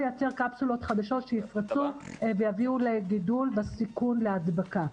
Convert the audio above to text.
קפסולות חדשות שיפרצו ויביאו לגידול וסיכון להדבקה.